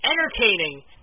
entertaining